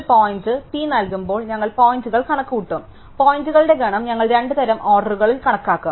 ഒരു point P നൽകുമ്പോൾ ഞങ്ങൾ പോയിന്റുകൾ കണക്കുകൂട്ടും പോയിന്റുകളുടെ ഗണം ഞങ്ങൾ രണ്ട് തരം ഓർഡറുകൾ കണക്കാക്കും